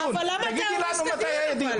תגידי לנו מתי היה דיון?